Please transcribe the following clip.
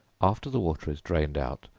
after the water is drained out,